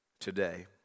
today